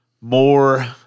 more